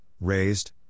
raised